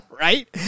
Right